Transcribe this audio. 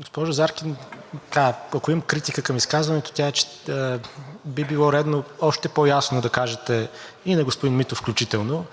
Госпожо Заркин, ако има критика към изказването, тя е, че би било редно още по-ясно да кажете и на господин Митов включително,